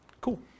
Cool